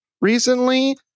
recently